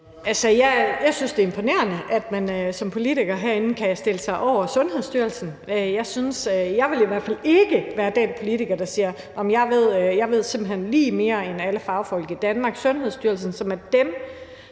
Jeg synes, det er imponerende, at man som politiker herinde kan stille sig over Sundhedsstyrelsen. Jeg vil i hvert fald ikke være den politiker, der siger: Nå, men jeg ved simpelt hen lige mere end alle fagfolk i Danmark.